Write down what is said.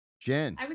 jen